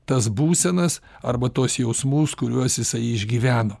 tas būsenas arba tuos jausmus kuriuos jisai išgyveno